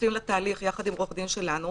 מצטרפים לתהליך יחד עם עורך דין שלנו,